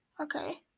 Okay